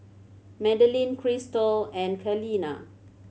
Madaline Christal and Kaleena